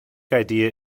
idea